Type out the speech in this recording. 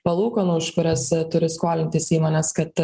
palūkanų už kurias turi skolintis įmonės kad